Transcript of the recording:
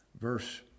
Verse